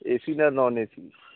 AC না non AC